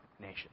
nation